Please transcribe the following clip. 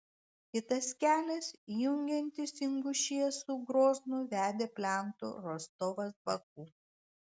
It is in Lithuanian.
kitas kelias jungiantis ingušiją su groznu vedė plentu rostovas baku